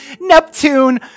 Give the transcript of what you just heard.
Neptune